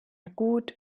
gut